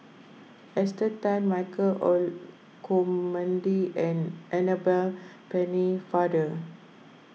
Esther Tan Michael Olcomendy and Annabel Pennefather